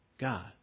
God